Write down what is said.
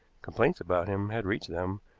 complaints about him had reached them,